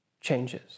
changes